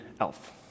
Elf